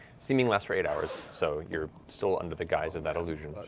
seeming lasts for eight hours, so you're still under the guise of that illusion. but